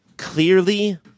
clearly